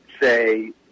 say